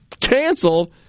canceled